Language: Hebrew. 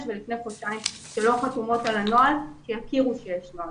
ולפני חודשיים - שלא חתומות על הנוהל כדי שיכירו שיש נוהל.